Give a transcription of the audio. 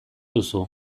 duzu